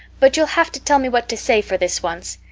but you'll have to tell me what to say for this once.